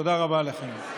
תודה רבה לכם.